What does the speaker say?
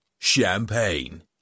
champagne